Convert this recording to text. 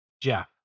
Jeff